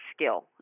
skill